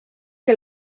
que